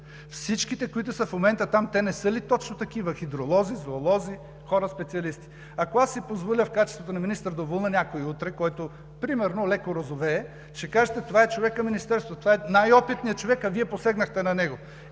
Всички, които са в момента там, те не са ли точно такива – хидролози, зоолози, хора специалисти? Ако аз си позволя в качеството на министър да уволня някой утре, който примерно леко розовее, ще кажете: това е човекът министерство, това е най-опитният човек, а Вие посегнахте на него.